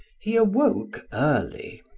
he awoke early,